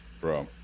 bro